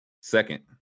second